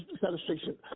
satisfaction